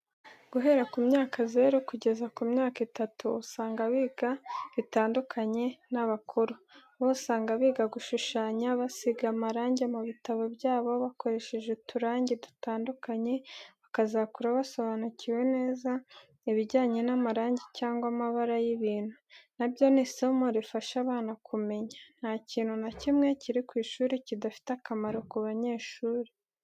Guhera kumyaka zero kugeza ku myaka itatu, usanga biga bitandukanye n'abakuru. Bo usanga biga gushushanya, basiga amarangi mu bitabo byabo, bakoresheje uturangi dutandukanye, bakazakura basobanukiwe neza ibijyanye n'amarangi cyangwa amabara y'ibintu. Na byo ni isomo rifasha abana kumenya. Nta kintu na kimwe kiri ku ishuri kidafite akamaro ku banyeshuri.